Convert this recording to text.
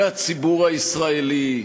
מהציבור הישראלי,